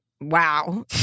wow